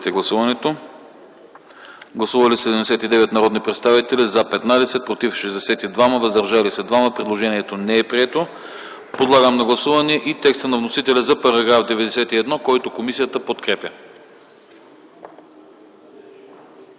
Гласували 79 народни представители: за 15, против 62, въздържали се 2. Предложението не е прието. Подлагам на гласуване и текста на вносителя за § 91, който комисията подкрепя.